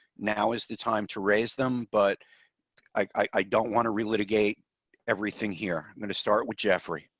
now is the time to raise them, but i don't want to relitigate everything here. i'm going to start with jeffrey